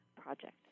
project